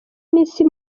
n’isi